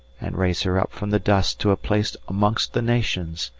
and raise her up from the dust to a place amongst the nations,